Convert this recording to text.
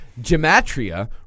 gematria